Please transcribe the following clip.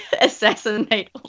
assassinate